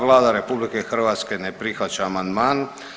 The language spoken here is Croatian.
Vlada RH ne prihvaća amandman.